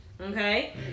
Okay